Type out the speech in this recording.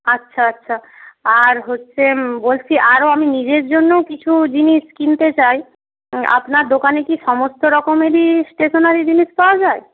আচ্ছা আচ্ছা আর হচ্ছে বলছি আরও আমি নিজের জন্যও কিছু জিনিস কিনতে চাই আপনার দোকানে কি সমস্ত রকমেরই স্টেশনারি জিনিস পাওয়া যায়